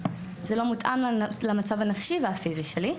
זה לא מותאם למצב הנפשי והפיזי שלי,